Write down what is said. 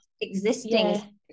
existing